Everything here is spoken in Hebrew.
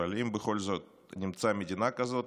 אבל אם בכל זאת נמצא מדינה כזאת,